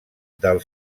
del